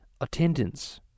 attendance